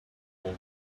all